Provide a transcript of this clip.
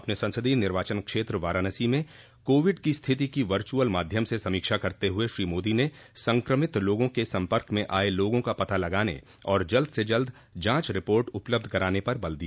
अपने संसदीय निर्वाचन क्षेत्र वाराणसी में कोविड की स्थिति की वर्चुअल माध्यम से समीक्षा करते हुए श्री मोदी ने संक्रमित लोगों के संपर्क में आये लोगों का पता लगाने और जल्द से जल्द जांच रिपोर्ट उपलब्ध कराने पर बल दिया